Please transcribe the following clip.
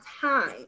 time